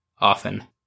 often